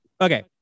Okay